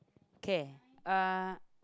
okay uh